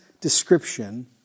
description